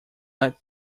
let